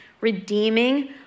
redeeming